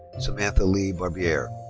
samantha lee barbiere.